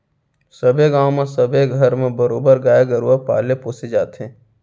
सबे गाँव म सबे घर म बरोबर गाय गरुवा पाले पोसे जाथे